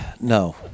No